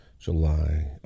July